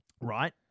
Right